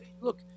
look